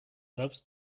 loves